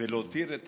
ולהותיר את